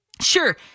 Sure